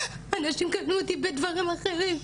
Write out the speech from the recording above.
אנשים קנו אותי בדברים אחרים,